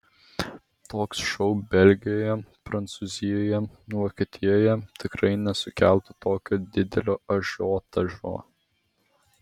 toks šou belgijoje prancūzijoje vokietijoje tikrai nesukeltų tokio didžiulio ažiotažo